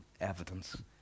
evidence